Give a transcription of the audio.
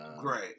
Great